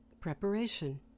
Preparation